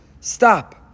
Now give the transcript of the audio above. stop